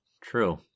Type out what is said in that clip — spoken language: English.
True